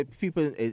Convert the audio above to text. people